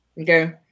Okay